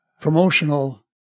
promotional